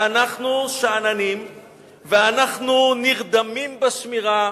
ואנחנו שאננים ואנחנו נרדמים בשמירה.